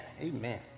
amen